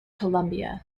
columbia